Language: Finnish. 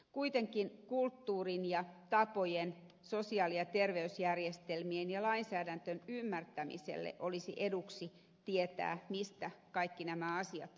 kuitenkin kulttuurin ja tapojen sosiaali ja terveysjärjestelmien ja lainsäädännön ymmärtämiselle olisi eduksi tietää mistä kaikki nämä asiat kumpuavat